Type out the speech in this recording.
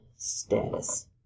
Status